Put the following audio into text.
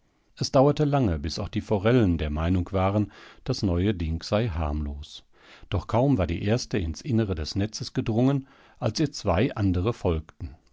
es dauerte lange bis auch die forellen der meinung waren das neue ding sei harmlos doch kaum war die erste ins innere des netzes gedrungen als ihr zwei andere folgten